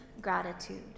gratitude